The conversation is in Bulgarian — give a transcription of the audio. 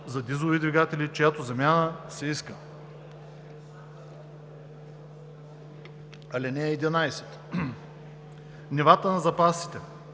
за дизелови двигатели, чиято замяна се иска. (11) Нивата на запасите